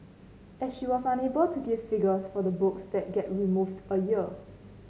as she was unable to give figures for the books that get removed a year